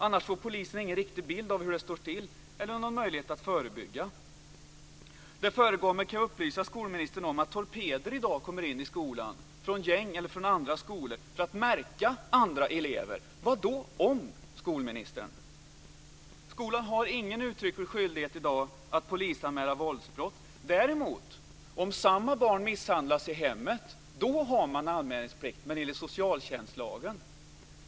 Annars får polisen ingen riktig bild av hur det står till, eller någon möjlighet att förebygga." Jag kan upplysa skolministern om att det förekommer att s.k. torpeder från gäng eller andra skolor kommer till skolorna för att märka andra elever. Vad då "om", skolministern? Skolan har i dag ingen uttrycklig skyldighet att polisanmäla våldsbrott. Däremot, om samma barn misshandlas i hemmet finns anmälningsplikt enligt socialtjänstlagen.